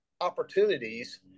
opportunities